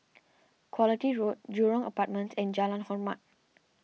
Quality Road Jurong Apartments and Jalan Hormat